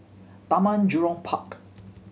Taman Jurong Park